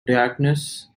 dionysus